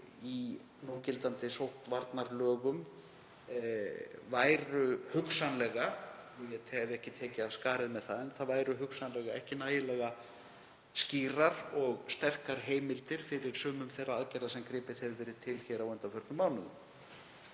í núgildandi sóttvarnalögum væru hugsanlega, ég hef ekki tekið af skarið með það, ekki nægilega skýrar og sterkar heimildir fyrir sumum þeirra aðgerða sem gripið hefur verið til á undanförnum mánuðum.